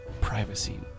privacy